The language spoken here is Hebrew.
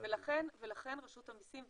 לכן רשות המיסים,